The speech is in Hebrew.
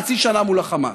חצי שנה מול החמאס,